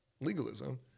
legalism